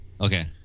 Okay